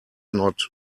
not